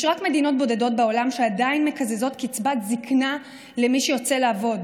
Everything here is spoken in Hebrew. יש רק מדינות בודדות בעולם שעדיין מקזזות קצבת זקנה למי שיוצא לעבוד.